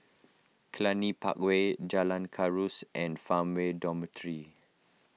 Cluny Park Way Jalan Kuras and Farmway Dormitory